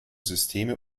systeme